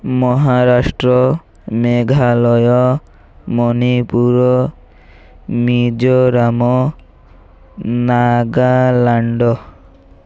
Maharashtra Meghalaya Manipur Mizoram Nagaland